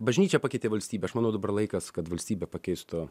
bažnyčią pakeitė valstybė aš manau dabar laikas kad valstybę pakeistų